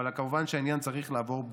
אבל כמובן שהעניין צריך לעבור בדיקה.